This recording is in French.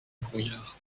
brouillard